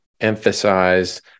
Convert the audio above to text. emphasize